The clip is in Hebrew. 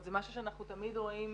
זה משהו שאנחנו תמיד רואות,